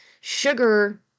sugar